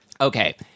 Okay